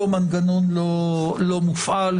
אותו מנגנון לא מופעל.